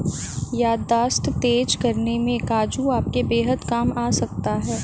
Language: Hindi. याददाश्त तेज करने में काजू आपके बेहद काम आ सकता है